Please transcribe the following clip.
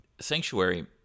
Sanctuary